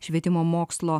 švietimo mokslo